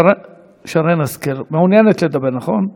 שרן השכל, מעוניינת לדבר, נכון?